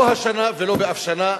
לא השנה ולא אף שנה,